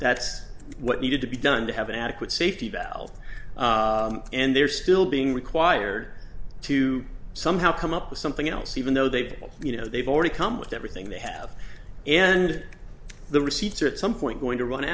that's what needed to be done to have an adequate safety valve and they're still being required to somehow come up with something else even though they pull you know they've already come with everything they have and the receipts are at some point going to run